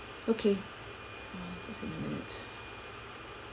okay hmm just a minute